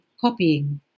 copying